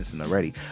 already